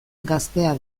gaztea